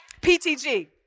PTG